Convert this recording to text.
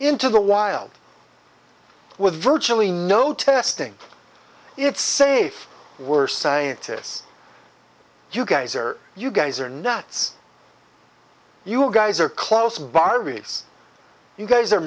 into the wild with virtually no testing it's safe were scientists you guys are you guys are nuts you guys are close baris you guys are